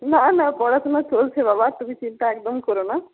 না না পড়াশোনা চলছে বাবা তুমি চিন্তা একদম করো না